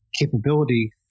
capability